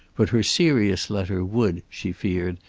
but her serious letter would, she feared,